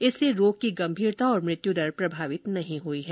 इससे रोग की गंभीरता और मृत्यु दर प्रभावित नहीं हुई है